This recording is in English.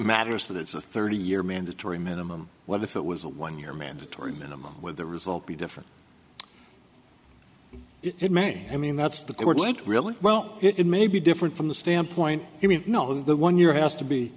matters that it's a thirty year mandatory minimum what if it was a one year mandatory minimum with the result be different it may i mean that's the key word length really well it may be different from the standpoint i mean you know the one year has to be